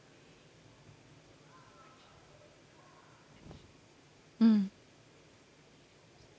mm